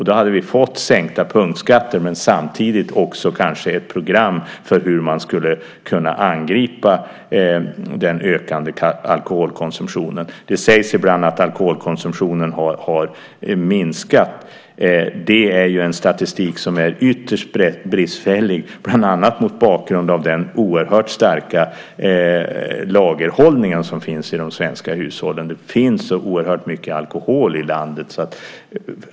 Då hade vi fått sänkta punktskatter men samtidigt också ett program för hur man skulle kunna angripa den ökande alkoholkonsumtionen. Det sägs ibland att alkoholkonsumtionen har minskat. Det är en statistik som är ytterst bristfällig bland annat mot bakgrund av den oerhört starka lagerhållning som finns i de svenska hushållen. Det finns oerhört mycket alkohol i landet.